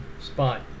spot